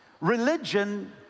Religion